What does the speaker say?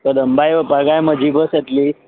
कदंबा येवपा काय म्हजी बस येतली